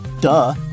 Duh